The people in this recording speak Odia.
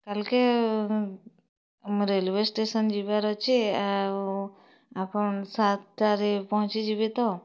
କାଏଲ୍କେ ଆମେ ରେଲ୍ଓ୍ୱେ ଷ୍ଟେସନ୍ ଯିବାର୍ ଅଛି ଆଉ ଆପଣ୍ ସାତ୍ଟାରେ ପହଁଞ୍ଚିଯିବେ ତ